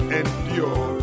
endure